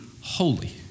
holy